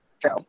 True